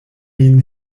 min